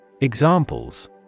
Examples